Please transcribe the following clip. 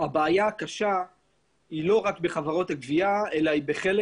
הבעיה הקשה היא לא רק בחברות הגבייה אלא בחלק